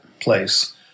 place